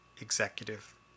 executive